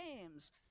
games